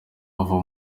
ava